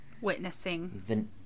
Witnessing